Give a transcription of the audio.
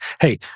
hey